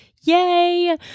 yay